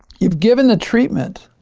you've given the treatment.